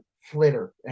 flitter